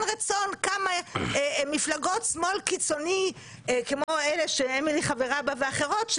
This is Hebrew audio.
רצון כמה מפלגות שמאל קיצוני כמו אלה שאמילי חברה בה ואחרות,